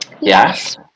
Yes